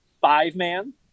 five-man